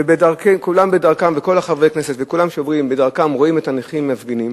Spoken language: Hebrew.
וכל חברי הכנסת וכולם שעוברים בדרכם רואים את הנכים מפגינים